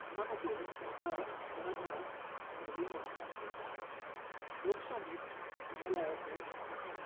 ह्या खातीर सरकाराक उत्तराधार धरिल्लें वता लोकशाहींत न्यायालयाचो महत्व